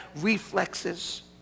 reflexes